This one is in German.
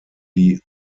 die